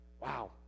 Wow